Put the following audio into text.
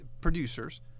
producers